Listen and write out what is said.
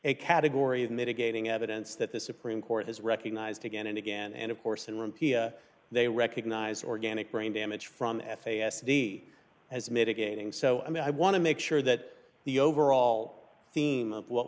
a category of mitigating evidence that the supreme court has recognized again and again and of course in room pia they recognize organic brain damage from f a s d as mitigating so i mean i want to make sure that the overall theme of what